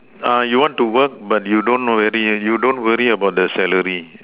you want to work but you don't worry don't worry about the salary